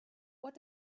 what